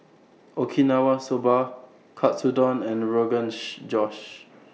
Okinawa Soba Katsudon and Rogan She Josh